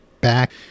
back